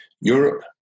Europe